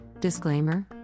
Disclaimer